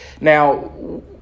Now